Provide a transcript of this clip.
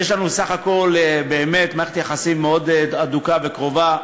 יש לנו סך הכול באמת מערכת יחסים מאוד הדוקה וקרובה,